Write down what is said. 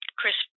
Chris